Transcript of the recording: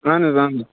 اَہَن حظ اَہَن حظ